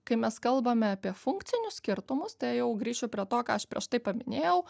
kai mes kalbame apie funkcinius skirtumus tai jau grįšiu prie to ką aš prieš tai paminėjau